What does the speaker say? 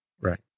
right